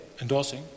Endorsing